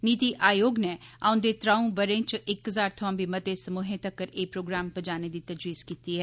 नीति आयोग नै औन्दे त्रंक बरें च इक हज़ार थमां बी मते समूहें तक्कर एह् प्रोग्राम पजाने दी तज्वीज़ कीती ऐ